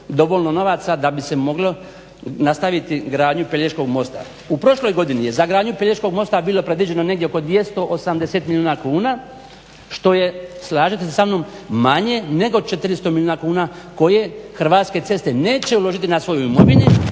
dovoljno novaca da bi se moglo nastaviti gradnju Pelješkog mosta. U prošloj godini je za gradnju Pelješkog mosta bilo predviđen negdje oko 280 milijuna kuna što je, slažete se sa mnom, manje nego 400 milijuna kuna koje Hrvatske ceste neće uložiti na svojoj imovini